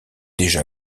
déjà